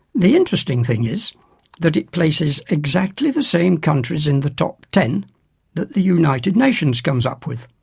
the interesting thing is that it places exactly the same countries in the top ten that the united nations comes up with.